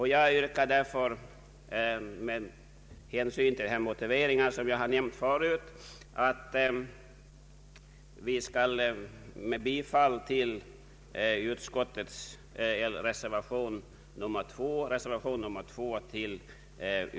Det finns många praktiska skäl för ett undantag från investeringsavgift för byggnadsinvesteringar på Gotland.